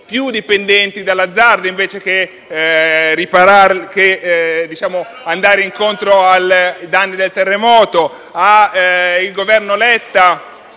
più dipendenti dall'azzardo, invece che venire incontro ai danni del terremoto, al Governo Letta,